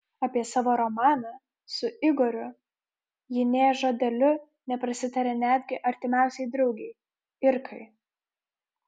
apie savo romaną su igoriu ji nė žodeliu neprasitarė netgi artimiausiai draugei irkai